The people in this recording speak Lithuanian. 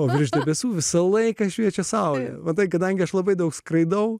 o virš debesų visą laiką šviečia saulė vadai kadangi aš labai daug skraidau